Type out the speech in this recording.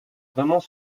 vraiment